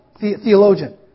theologian